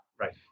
right